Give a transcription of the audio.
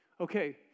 Okay